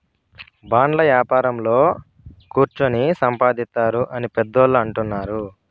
బాండ్ల యాపారంలో కుచ్చోని సంపాదిత్తారు అని పెద్దోళ్ళు అంటుంటారు